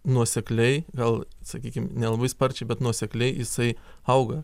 nuosekliai gal sakykim nelabai sparčiai bet nuosekliai jisai auga